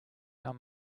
i’m